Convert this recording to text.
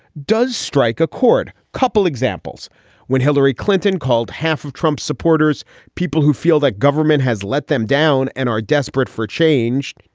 does strike a chord. couple examples when hillary clinton called half of trump's supporters people who feel that government has let them down and are desperate for change,